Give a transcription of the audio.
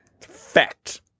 Fact